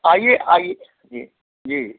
आइए आइए जी जी